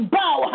bow